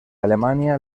alemania